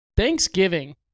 Thanksgiving